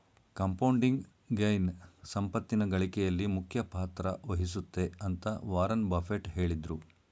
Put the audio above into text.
compounding gain ಸಂಪತ್ತಿನ ಗಳಿಕೆಯಲ್ಲಿ ಮುಖ್ಯ ಪಾತ್ರ ವಹಿಸುತ್ತೆ ಅಂತ ವಾರನ್ ಬಫೆಟ್ ಹೇಳಿದ್ರು